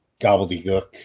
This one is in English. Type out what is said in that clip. gobbledygook